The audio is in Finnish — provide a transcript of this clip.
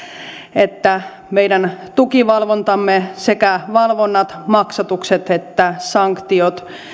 että meidän tukivalvontamme sekä valvonnat maksatukset että sanktiot